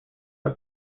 are